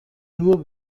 nur